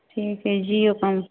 ठीक हइ जिओ कम्पनी